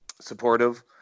supportive